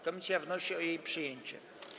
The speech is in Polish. Komisja wnosi o jej przyjęcie.